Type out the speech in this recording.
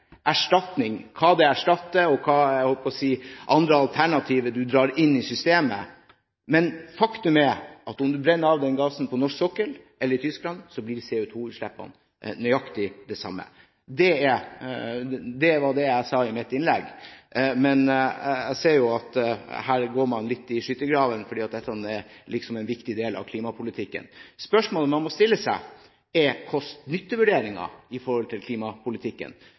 erstatning, hva det erstatter, og – jeg holdt på å si – andre alternativer du drar inn i systemet, men faktum er at om du brenner av den gassen på norsk sokkel eller i Tyskland, blir CO2-utslippene nøyaktig de samme. Det var det jeg sa i mitt innlegg, men jeg ser at her går man litt i skyttergraven fordi dette er liksom en viktig del av klimapolitikken. Spørsmålet man må stille seg, er om kost–nytte-vurderingene når det gjelder klimapolitikken, for i